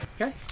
Okay